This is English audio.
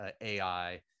ai